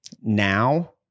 now